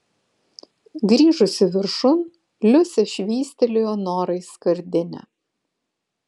grįžusi viršun liusė švystelėjo norai skardinę